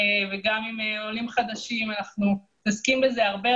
וגם במקרה של עולים חדשים ואנחנו לאחרונה עוסקים בזה הרבה.